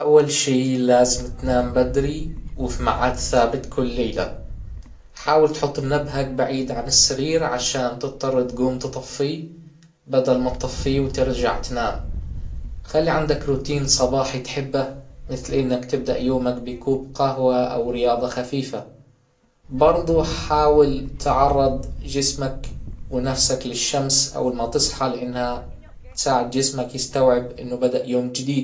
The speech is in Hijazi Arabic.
اول شي لازم تنام بدري وفي معاد ثابت كل ليلة، حاول تحط منبهك بعيد عن السرير عشان تضطر تقوم تطفيه بدل ما تطفيه وترجع تنام خلى عندك روتين صباحي تحبه مثل انك تبدأ يومك بكوب قهوة او رياضة خفيفة برضو حاول تعرض جسمك ونفسك للشمس اول ما تصحى لانها تساعد جسمك يستوعب انه بدأ يوم جديد.